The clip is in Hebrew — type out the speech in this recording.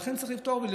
ולכן צריך לראות,